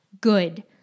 good